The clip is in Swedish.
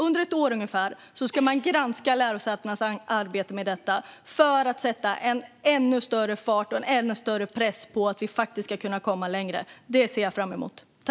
Under ungefär ett år ska man granska lärosätenas arbete med detta för att sätta en ännu större fart och en ännu större press på att vi ska kunna komma längre. Det ser jag fram emot.